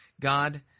God